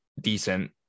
decent